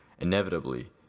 Inevitably